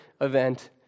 event